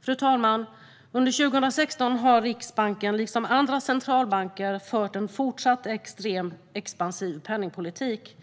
Fru talman! Under 2016 har Riksbanken, liksom andra centralbanker, fört en fortsatt extremt expansiv penningpolitik.